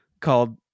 called